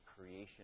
creation